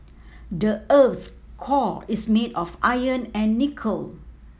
the earth's core is made of iron and nickel